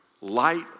light